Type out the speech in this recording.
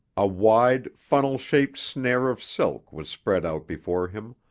a wide, funnel-shaped snare of silk was spread out before him,